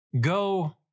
Go